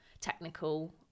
technical